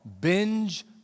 Binge